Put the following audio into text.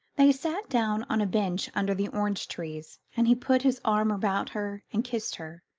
they sat down on a bench under the orange-trees and he put his arm about her and kissed her.